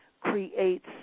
creates